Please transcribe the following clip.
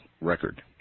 record